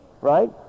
right